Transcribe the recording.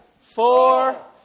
four